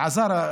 אלעזר,